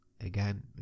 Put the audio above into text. again